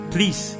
Please